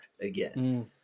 again